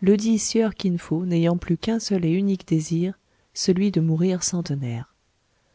ledit sieur kin fo n'ayant plus qu'un seul et unique désir celui de mourir centenaire